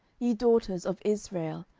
ye daughters of israel,